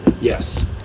Yes